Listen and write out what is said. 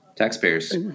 Taxpayers